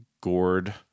gourd